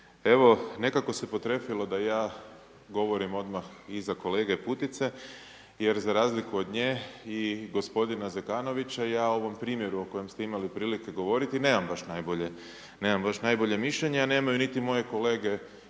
evo, nekako se potrefilo da ja govorim odmah iza kolege Putice jer za razliku od nje i gospodina Zekanovića, ja o ovom primjeru o kojem ste imali prilike govoriti, nemam baš najbolje mišljenje a nemaju niti moje kolege